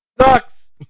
Sucks